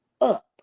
up